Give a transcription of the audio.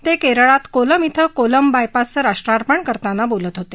ते केरळात कोलम श्व कोलम बायपासचं राष्ट्रार्पण करताना बोलत होते